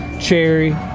cherry